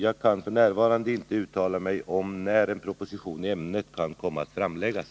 Jag kan f.n. inte uttala mig om när en proposition i ämnet kan komma att framläggas.